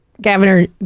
Governor